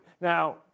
now